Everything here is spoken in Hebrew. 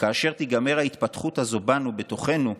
וכאשר תיגמר ההתפתחות הזאת בנו, בתוכנו,